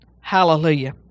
Hallelujah